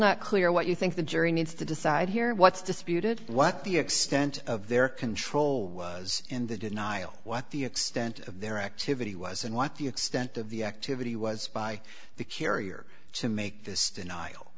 not clear what you think the jury needs to decide here what's disputed what the extent of their control was in the denial what the extent of their activity was and what the extent of the activity was by the carrier to make this denial